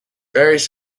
various